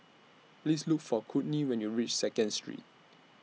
Please Look For Kourtney when YOU REACH Second Street